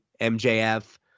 MJF